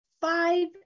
five